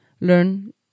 learn